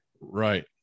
right